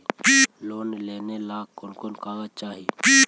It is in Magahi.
लोन लेने ला कोन कोन कागजात चाही?